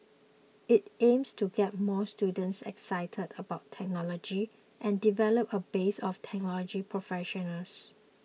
it aims to get more students excited about technology and develop a base of technology professionals